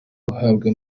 uhabwa